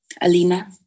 Alina